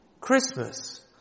Christmas